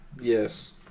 Yes